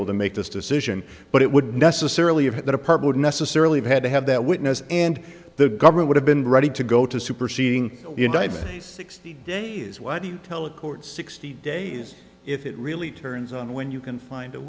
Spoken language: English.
able to make this decision but it wouldn't necessarily have at that apartment necessarily had to have that witness and the government would have been ready to go to superseding indictment sixty days what do you tell the court sixty days if it really turns on when you can find